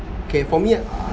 K for me